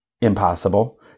impossible